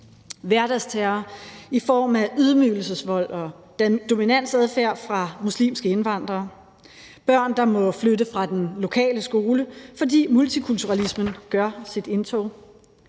hverdagsterror i form af ydmygelsesvold og dominansadfærd fra muslimske indvandreres side; børn, der må flytte fra den lokale skole, fordi multikulturalismen gør sit indtog;